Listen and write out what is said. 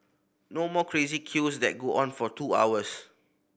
no more crazy queues that go on for two hours